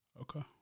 Okay